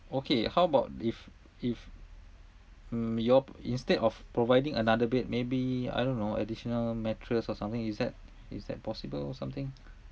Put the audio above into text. okay how about if if um you all instead of providing another bed may be I don't know additional mattress or something is that is that possible or something